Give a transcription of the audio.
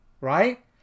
right